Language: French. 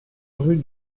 rue